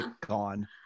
Gone